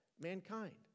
mankind